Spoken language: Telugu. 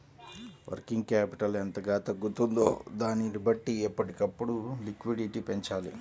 వర్కింగ్ క్యాపిటల్ ఎంతగా తగ్గుతుందో దానిని బట్టి ఎప్పటికప్పుడు లిక్విడిటీ పెంచాలి